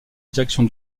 direction